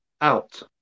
out